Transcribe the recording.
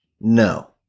no